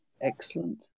Excellent